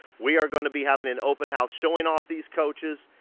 we are going to be having an open house showing off these coaches.